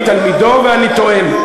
אני תלמידו ואני טוען.